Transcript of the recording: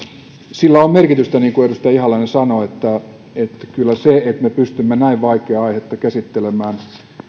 sillä on merkitystä niin kuin edustaja ihalainen sanoi että me pystymme näin vaikeaa aihetta käsittelemään